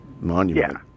monument